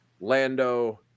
Lando